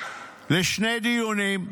לשני דיונים,